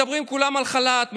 מדברים כולם על חל"ת,